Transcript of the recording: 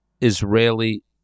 Israeli